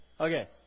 Okay